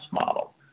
model